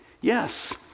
yes